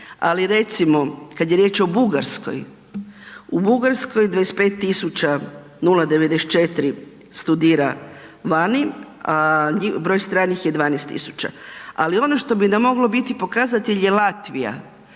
ali recimo, kad je riječ o Bugarskoj, u Bugarskoj 25 094 studira vani, a broj stranih je 12 tisuća. Ali, ono što bi nam moglo biti pokazatelj je Latvija.